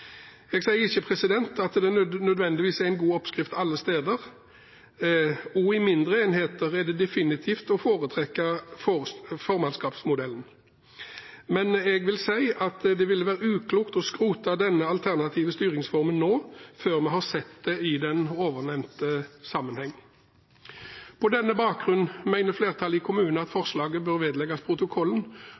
Jeg sier ikke at det nødvendigvis er en god oppskrift alle steder. Også i mindre enheter er formannskapsmodellen definitivt å foretrekke. Men jeg vil si at det ville være uklokt å skrote denne alternative styringsformen nå, før vi har sett det ovennevnte i en sammenheng. På denne bakgrunn mener flertallet i komiteen at forslaget bør vedlegges protokollen,